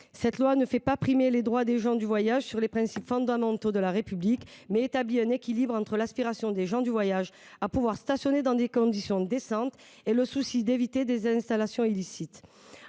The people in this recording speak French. Cette loi ne fait pas primer les droits des gens du voyage sur les principes fondamentaux de la République, mais établit un équilibre entre leur aspiration à pouvoir stationner dans des conditions décentes, d’une part, et le souci d’éviter des installations illicites,